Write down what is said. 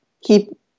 keep